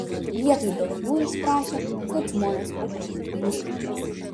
vietoj dovanų jis prašė kad žmonės aukotų pinigų